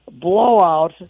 blowout